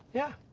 yeah,